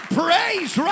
praise